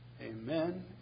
Amen